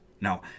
Now